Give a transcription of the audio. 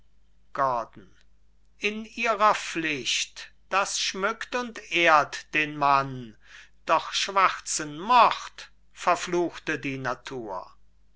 gordon in ihrer pflicht das schmückt und ehrt den mann doch schwarzen mord verfluchte die natur